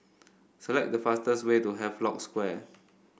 select the fastest way to Havelock Square